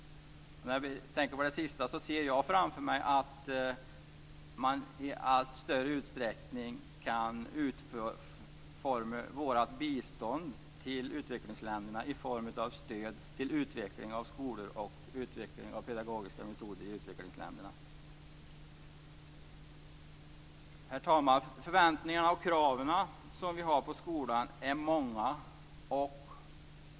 När det gäller det sist nämnda ser jag framför mig att man i allt större utsträckning kan utforma vårt bistånd till utvecklingsländerna i form av stöd till utveckling av skolor och utveckling av pedagogiska metoder i just utvecklingsländerna. Herr talman! De förväntningar och krav som vi har på skolan är många.